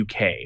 UK